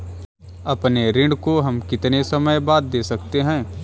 अपने ऋण को हम कितने समय बाद दे सकते हैं?